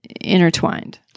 intertwined